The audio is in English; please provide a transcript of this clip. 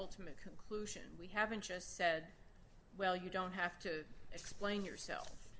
ultimate conclusion we haven't just said well you don't have to explain yourself